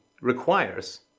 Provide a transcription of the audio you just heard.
requires